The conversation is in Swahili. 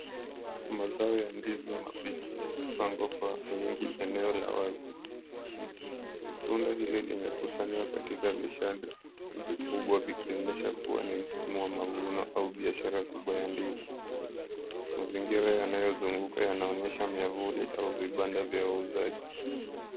Mazao ya ndizi mabichi yamepangwa kwa wingi eneo la wazi. Tunda hili limekusanywa katika mishada vikubwa vikionyesha kuwa ni msimu wa mavuno au biashara kubwa ya ndizi. Mazingira yanayozunguka yanaonyesha miavuli au vibanda vya wauzaji.